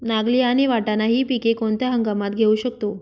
नागली आणि वाटाणा हि पिके कोणत्या हंगामात घेऊ शकतो?